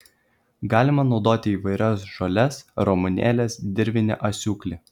galima naudoti įvairias žoles ramunėles dirvinį asiūklį